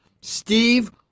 Steve